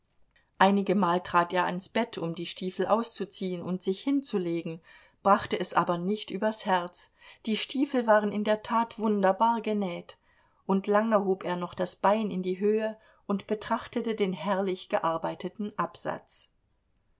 einigemal trat er ans bett um die stiefel auszuziehen und sich hinzulegen brachte es aber nicht übers herz die stiefel waren in der tat wunderbar genäht und lange hob er noch das bein in die höhe und betrachtete den herrlich gearbeiteten absatz